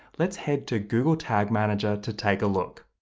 let's head to google tag manager to take a look.